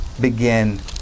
begin